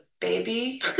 baby